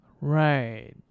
Right